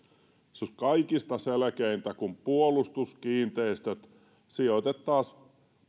olisi kaikista selkeintä kun puolustuskiinteistöt sijoitettaisiin